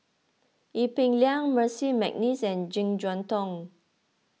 Ee Peng Liang Percy McNeice and Jek Yeun Thong